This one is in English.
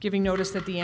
giving notice that the